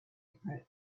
approach